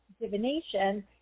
divination